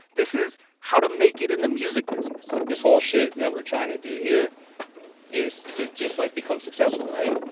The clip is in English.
this is how to make it in the music business this whole shit that we're trying to do here is to just, like, become successful, right?